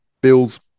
Bill's